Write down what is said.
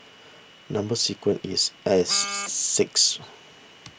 Number Sequence is S six